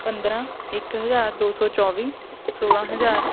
ਪੰਦਰਾਂ ਇੱਕ ਹਜ਼ਾਰ ਦੋ ਸੌ ਚੌਵੀ ਸੋਲ੍ਹਾਂ ਹਜ਼ਾਰ